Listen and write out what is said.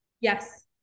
yes